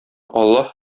аллаһ